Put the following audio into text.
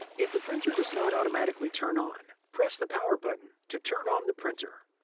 if the printer does not automatically turn on, press the power button to turn on the printer.